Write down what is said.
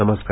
नमस्कार